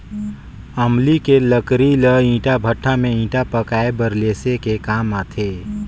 अमली के लकरी ल ईटा भट्ठा में ईटा पकाये बर लेसे के काम आथे